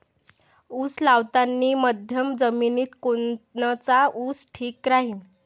उस लावतानी मध्यम जमिनीत कोनचा ऊस ठीक राहीन?